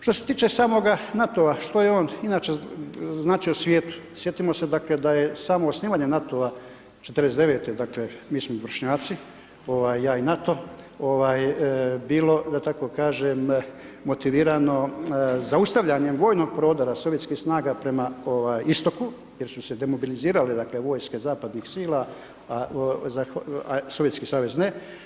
Što se tiče samoga NATO-a što je on inače značio svijetu, sjetimo se dakle da je samo osnivanje NATO-a 49-e, dakle mi smo vršnjaci, ja i NATO, bilo da tako kažem motivirano zaustavljanje vojnog prodora sovjetskih snaga prema istoku jer su se demobilizirale dakle vojske zapadnih sila, a Sovjetski savez ne.